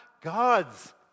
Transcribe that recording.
God's